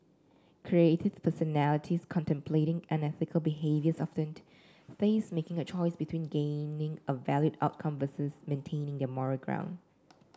creative personalities contemplating unethical behaviours often face making a choice between gaining a valued outcome versus maintaining their moral ground